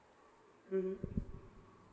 mmhmm